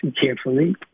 carefully